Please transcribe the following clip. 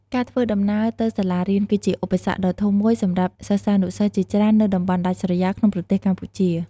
ការធ្វើដំណើរទៅសាលារៀនគឺជាឧបសគ្គដ៏ធំមួយសម្រាប់សិស្សានុសិស្សជាច្រើននៅតំបន់ដាច់ស្រយាលក្នុងប្រទេសកម្ពុជា។